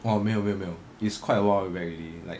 orh 没有没有没有 it's quite awhile back already like